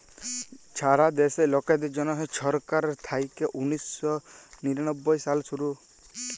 ছারা দ্যাশে লকদের জ্যনহে ছরকার থ্যাইকে উনিশ শ নিরানব্বই সালে শুরু